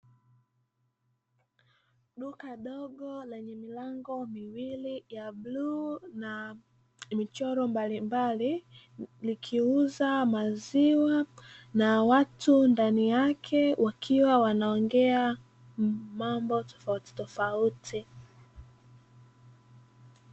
Duka dogo lenye milango miwili ya bluu na michoro mbalimbali, likiuza maziwa na watu ndani yake wakiwa wanaongea mambo tofautitofauti.